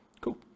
Cool